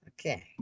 Okay